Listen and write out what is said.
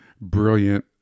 brilliant